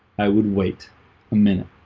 i would wait a minute